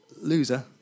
loser